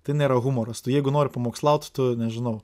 tai nėra humoras tu jeigu nori pamokslaut tu nežinau